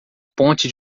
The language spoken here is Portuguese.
ponte